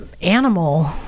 animal